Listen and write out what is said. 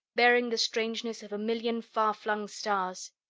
bearing the strangeness of a million far-flung stars.